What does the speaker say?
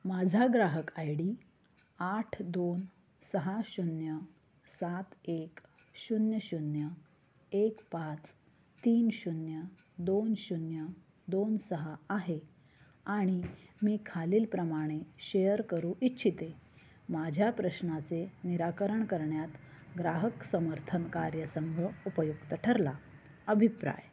माझा ग्राहक I D आठ दोन सहा शून्य सात एक शून्य शून्य एक पाच तीन शून्य दोन शून्य दोन सहा आहे आणि मी खालील प्रमाणे शेअर करू इच्छिते माझ्या प्रश्नाचे निराकरण करण्यात ग्राहक समर्थन कार्यसंघ उपयुक्त ठरला अभिप्राय